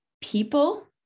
people